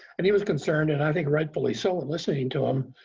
and he was concerned, and i think rightfully so, listening to him,